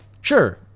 Sure